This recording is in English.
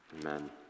Amen